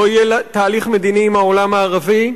לא יהיה תהליך מדיני עם העולם הערבי,